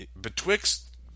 betwixt